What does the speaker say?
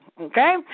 Okay